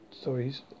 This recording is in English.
stories